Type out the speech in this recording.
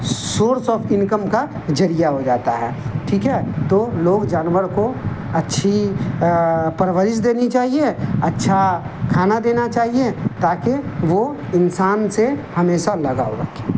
source of income کا ذریعہ ہو جاتا ہے ٹھیک ہے تو لوگ جانور کو اچھی پرورش دینی چاہیے اچھا کھانا دینا چاہیے تا کہ وہ انسان سے ہمیشہ لگاؤ رکھیں